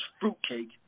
fruitcake